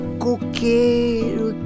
coqueiro